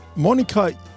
Monica